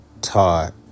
taught